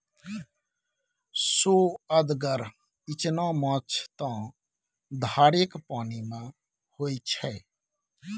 सोअदगर इचना माछ त धारेक पानिमे होए छै